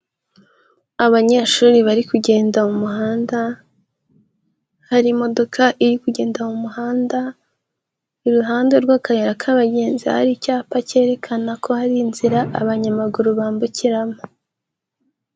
Abanyeshuri bari kugenda mu muhanda, hari imodoka iri kugenda mu muhanda, iruhande rw'akayira k'abagenzi hari icyapa cyerekana ko hari inzira abanyamaguru bambukiramo.